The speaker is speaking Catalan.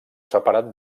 separat